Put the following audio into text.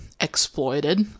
exploited